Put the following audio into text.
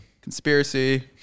Conspiracy